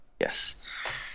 Yes